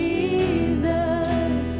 Jesus